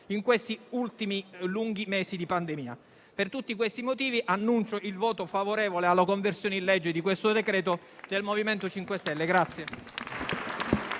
in questi ultimi lunghi mesi di pandemia. Per tutti questi motivi, annuncio il voto favorevole alla conversione in legge di questo decreto-legge da parte del MoVimento 5 Stelle.